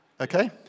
Okay